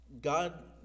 God